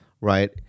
right